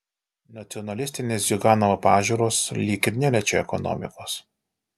nacionalistinės ziuganovo pažiūros lyg ir neliečia ekonomikos